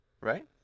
Right